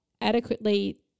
adequately